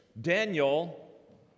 Daniel